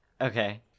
Okay